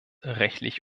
rechtlich